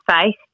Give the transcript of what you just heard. face